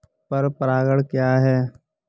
पर परागण क्या है?